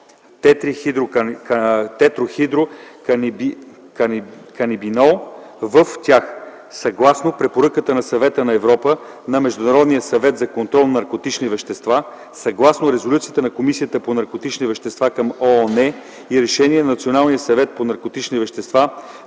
тетрахидроканабинол в тях. Съгласно препоръката на Съвета на Европа, на Международния съвет за контрол на наркотичните вещества, съгласно резолюция на Комисията по наркотичните вещества към ООН и решения на Националния съвет по наркотични вещества